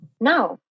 No